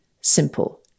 simple